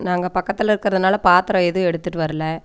நாங்கள் பக்கத்தில் இருக்கிறதுனால பாத்திரம் எதுவும் எடுத்துகிட்டு வரல